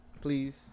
please